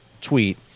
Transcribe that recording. tweet